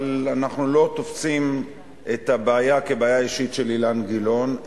אבל אנחנו לא תופסים את הבעיה כבעיה אישית של אילן גילאון,